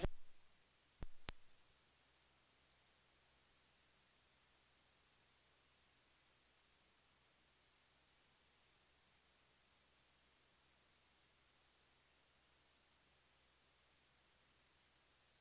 Jag står självfallet bakom samtliga nöjer jag mig med att yrka bifall till reservation 10.